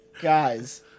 Guys